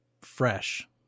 fresh